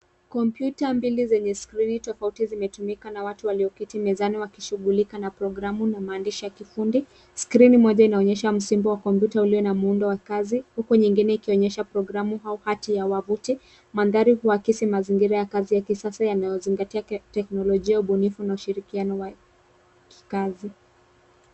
Komputa mbili zenye skrini tofauti zimetumika na watu walioketi mezani wakishughulika na programu na maandishi ya kifundi, skrini moja inaonyesha msingi wa komputa ulio na muundo wa kazi huku nyingine ikionyesha programu au hati ya wavuti. Mandhari huakisi mazingira ya kazi ya kisasa yanayozingatia teknolojia, ubunifu na ushirikiano wa kikazi.